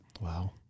Wow